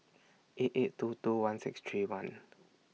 eight eight two two one six three one